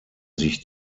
sich